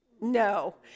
no